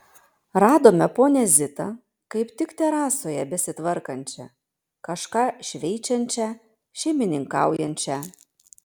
radome ponią zitą kaip tik terasoje besitvarkančią kažką šveičiančią šeimininkaujančią